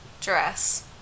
dress